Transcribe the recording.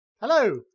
Hello